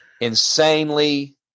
insanely